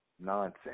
nonsense